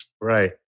Right